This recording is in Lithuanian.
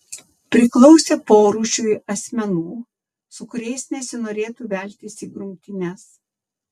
priklausė porūšiui asmenų su kuriais nesinorėtų veltis į grumtynes